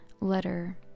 letter